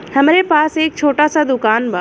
हमरे पास एक छोट स दुकान बा